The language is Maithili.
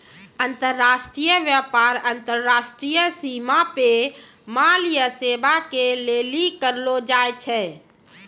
अन्तर्राष्ट्रिय व्यापार अन्तर्राष्ट्रिय सीमा पे माल या सेबा के लेली करलो जाय छै